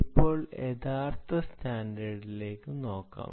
ഇപ്പോൾ യഥാർത്ഥ സ്റ്റാൻഡേർഡിലേക്ക് നോക്കാം